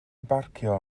barcio